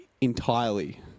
entirely